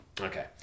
Okay